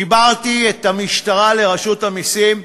חיברתי את המשטרה לרשות המסים,